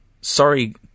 Sorry